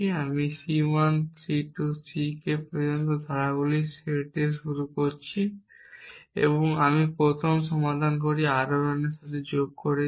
আমি C 1 C 2 C k পর্যন্ত ধারাগুলির সেট দিয়ে শুরু করছি এবং আমি একটি প্রথম সমাধানকারী R 1 এর সাথে যোগ করেছি